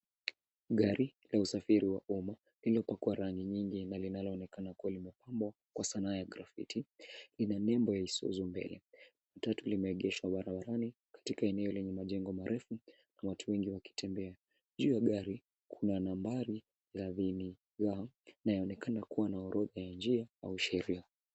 Gari la usafiri wa umma, lililopakwa rangi nyingi na linaloonekana kuwa limepambwa kwa sanaa ya grafitti , ina nembo ya Isuzu mbele. Matatu limeegeshwa barabarani katika eneo lenye majengo marefu na watu wengi wakitembea. Juu ya gari, kuna nambari 30 inayoonekana kuwa na orodha ya njia, au sheria.